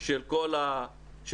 של כל החברה.